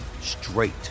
straight